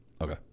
Okay